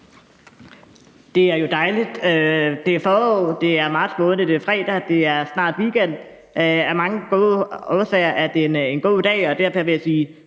Det er jo dejligt – det er forår, det er marts måned, det er fredag, det er snart weekend. Af mange årsager er det en god dag, og derfor vil jeg sige